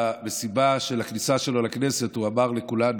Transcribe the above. במסיבה של הכניסה שלו לכנסת הוא אמר לכולנו: